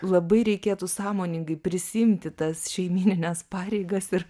labai reikėtų sąmoningai prisiimti tas šeimynines pareigas ir